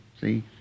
See